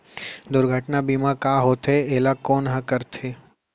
दुर्घटना बीमा का होथे, एला कोन ह करथे?